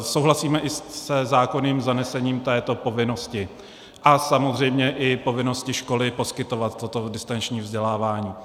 Souhlasíme i se zákonným zanesením této povinnosti a samozřejmě i povinnosti školy poskytovat toto distanční vzdělávání.